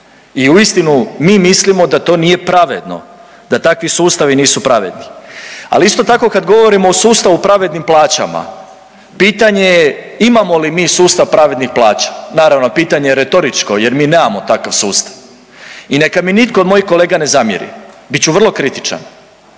i uistinu mi mislimo da to nije pravedno, da takvi sustavi nisu pravedni. Ali isto tako kad govorimo o sustavu o pravednim plaćama, pitanje je imamo li mi sustav pravednih plaća? Naravno pitanje je retoričko jer mi nemamo takav sustav. I neka mi nitko od mojih kolega ne zamjeri, bit ću vrlo kritičan,